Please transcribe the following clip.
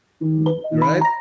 right